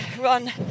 run